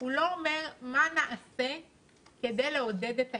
הוא לא אומר מה נעשה כדי לעודד את ההתחסנות.